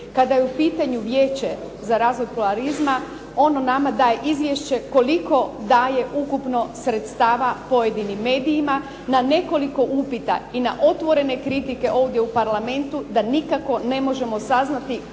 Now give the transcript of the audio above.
Kada je u pitanju Vijeće za razvoj pluralizma ono nama daje izvješće koliko daje ukupno sredstava pojedinim medijima. Na nekoliko upita i na otvorene kritike ovdje u parlamentu da nikako ne možemo saznati